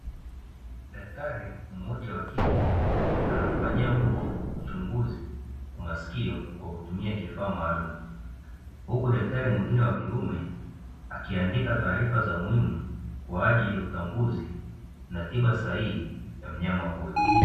Daktari mmoja wa kike anamfanyia mbwa uchunguzi wa masikio kwa kutumia kifaa maalumu, huku daktari mwingine wa kiume akiandika taarifa za muhimu kwa ajili ya utambuzi na tiba sahihi ya mnyama huyo.